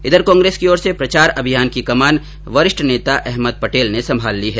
इधर कांग्रेस की ओर से प्रचार अभियान की कमान वरिष्ठ नेता अहमद पटेल ने संभाल ली है